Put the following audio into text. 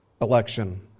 election